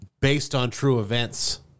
based-on-true-events